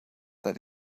that